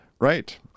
Right